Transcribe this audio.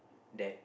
that